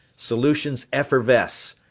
solutions effervesce.